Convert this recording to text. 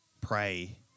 pray